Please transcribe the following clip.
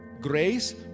Grace